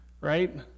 right